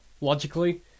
logically